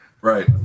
Right